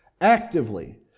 Actively